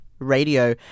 Radio